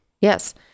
Yes